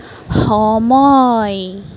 সময়